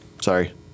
Sorry